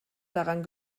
daran